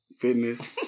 fitness